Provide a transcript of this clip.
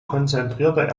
konzentrierte